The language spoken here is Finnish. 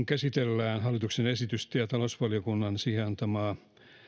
käsitellään hallituksen esitystä ja talousvaliokunnan siihen antamaa